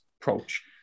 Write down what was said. approach